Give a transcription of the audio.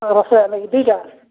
ରୋଷେଇଆ